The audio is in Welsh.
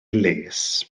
les